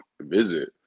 visit